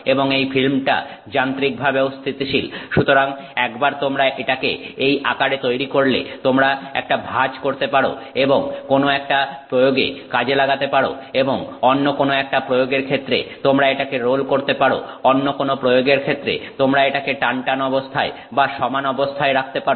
এবং এই ফিল্মটা যান্ত্রিকভাবেও স্থিতিশীল সুতরাং একবার তোমরা এটাকে এই আকারে তৈরি করলে তোমরা একটা ভাঁজ করতে পারো এবং কোনো একটা প্রয়োগে কাজে লাগাতে পারো এবং অন্য কোন একটা প্রয়োগের ক্ষেত্রে তোমরা এটাকে রোল করতে পারো অন্য কোন প্রয়োগের ক্ষেত্রে তোমরা এটাকে টানটান অবস্থায় বা সমান অবস্থায় রাখতে পারো